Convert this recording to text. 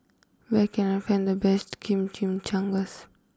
where can I find the best Chimichangas